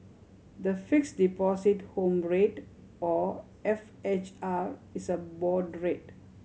the Fixed Deposit Home Rate or F H R is a board rate